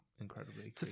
incredibly